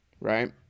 right